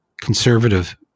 conservative